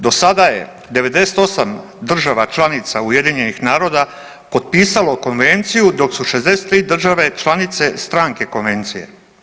Do sada je 98 država članica UN-a potpisalo konvenciju dok su 63 države članice stranke konvencije.